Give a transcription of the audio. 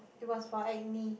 it was for acne